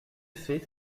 fait